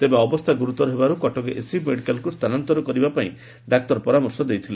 ତେବେ ଅବସ୍ଥା ଗୁରୁତର ହେବାରୁ କଟକ ଏସସିବି ମେଡିକାଲକୁ ସ୍ଚାନାନ୍ତର କରିବା ପାଇଁ ଡାକ୍ତର ପରାମର୍ଶ ଦେଇଥିଲେ